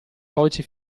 codice